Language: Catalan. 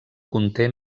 conté